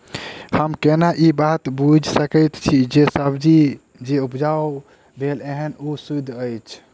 हम केना ए बात बुझी सकैत छी जे सब्जी जे उपजाउ भेल एहन ओ सुद्ध अछि?